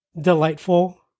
delightful